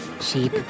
cheap